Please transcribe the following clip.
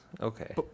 Okay